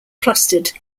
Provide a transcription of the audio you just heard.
clustered